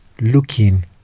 looking